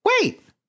Wait